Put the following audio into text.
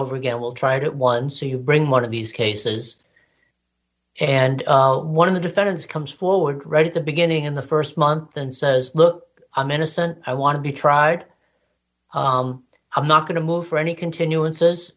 over again will try to once you bring one of these cases and one of the defendants comes forward right at the beginning in the st month and says look i'm innocent i want to be tried i'm not going to move for any continuances